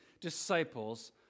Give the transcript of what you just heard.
disciples